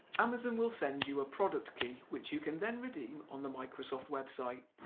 amazon will send you a product key which you can then redeem on the microsoft website,